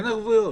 אין ערבויות.